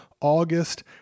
August